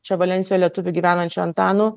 čia valensijoje lietuviu gyvenančiu antanu